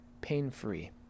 pain-free